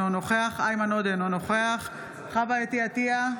אינו נוכח איימן עודה, אינו נוכח חוה אתי עטייה,